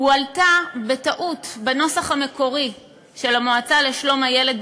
הועלתה בטעות ב"סנהדרין" בנוסח המקורי של המועצה לשלום הילד.